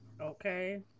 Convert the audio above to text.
Okay